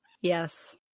Yes